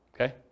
Okay